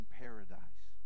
paradise